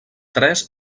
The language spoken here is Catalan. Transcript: tres